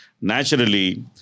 naturally